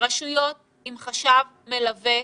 רשויות עם חשב מלווה,